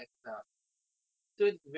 that won't give them a reason for them to